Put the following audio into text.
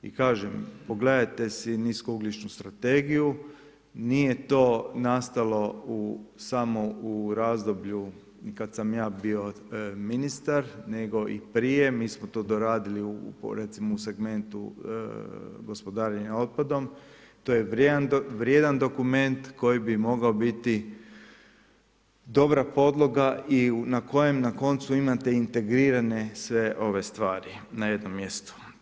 I kažem, pogledajte si niskougljičnu strategiju, nije to nastalo samo u razdoblju ni kada sam ja bio ministar nego i prije, mi smo to doradili recimo u segmentu gospodarenja otpadom, to je vrijedan dokument koji bi mogao biti dobra podloga i na kojem na koncu imate integrirane sve ove stvari na jednom mjestu.